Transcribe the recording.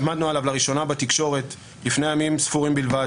למדנו עליו לראשונה בתקשורת לפני ימים ספורים בלבד.